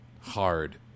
hard